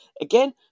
again